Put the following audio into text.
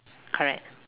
correct